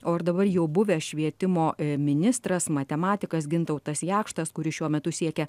o ir dabar jau buvęs švietimo ministras matematikas gintautas jakštas kuris šiuo metu siekia